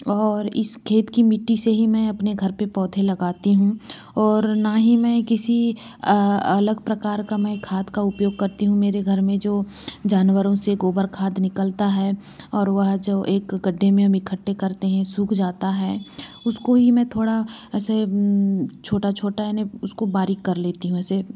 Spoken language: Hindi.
और इस खेत की मिट्टी से ही मैं अपने घर पे पौधे लगाती हूँ और ना ही मैं किसी अलग प्रकार का मैं खाद का उपयोग करती हूँ मेरे घर में जो जानवरों से गोबर खाद निकलता है और वह जो एक गड्ढे में हम इकट्ठे करते हैं सूख जाता है उसको ही मैं थोड़ा ऐसे छोटा छोटा यानी उसको बारीक कर लेती हूँ ऐसे